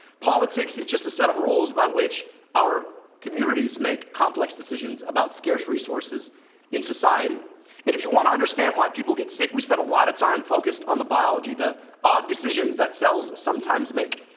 politics is just a set of rules by which our communities make complex decisions about scarce resources in society. and if you want to understand why people get sick, we spend a lot of time focused on the biology, the odd decisions that cells sometimes make.